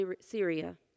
Syria